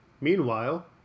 Meanwhile